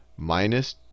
minus